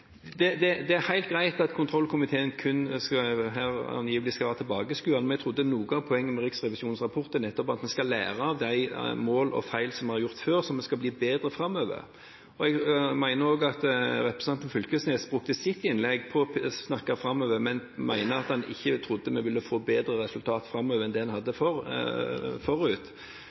enn før. Det er helt greit at kontrollkomiteen kun, angivelig, skal være tilbakeskuende, men jeg trodde noe av poenget med Riksrevisjonens rapport nettopp var at vi skal lære av de feil vi har gjort før, slik at vi skal bli bedre framover. Jeg mener også at representanten Knag Fylkesnes brukte sitt innlegg på å snakke framover, men at han ikke trodde en ville få bedre resultater framover enn det en hadde hatt forut.